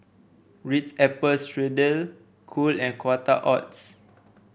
Ritz Apple Strudel Cool and Quaker Oats